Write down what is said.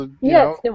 Yes